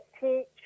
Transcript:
teach